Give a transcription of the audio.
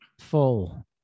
full